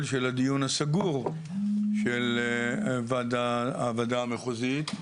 של הדיון הסגור של הוועדה המחוזית,